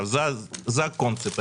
זה הקונספט.